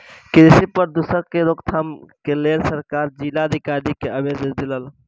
कृषि प्रदूषणक के रोकथाम के लेल सरकार जिला अधिकारी के आदेश देलक